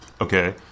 Okay